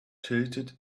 tilted